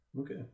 Okay